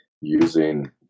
using